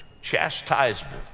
chastisement